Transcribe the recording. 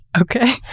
Okay